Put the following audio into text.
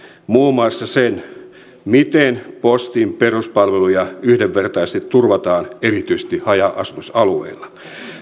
muun muassa sen miten postin peruspalveluja yhdenvertaisesti turvataan erityisesti haja asutusalueilla